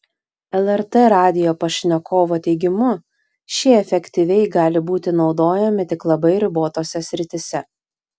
lrt radijo pašnekovo teigimu šie efektyviai gali būti naudojami tik labai ribotose srityse